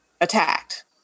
attacked